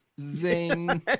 Zing